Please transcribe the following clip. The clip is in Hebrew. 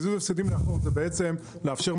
קיזוז הפסדים מהחוק זה בעצם לאפשר,